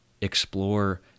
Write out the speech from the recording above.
explore